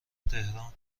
تهران